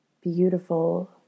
beautiful